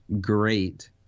great